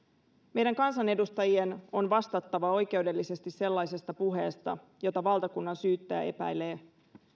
meidän kansanedustajien on vastattava oikeudellisesti sellaisesta puheesta jota valtakunnansyyttäjä epäilee